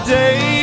day